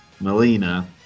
Melina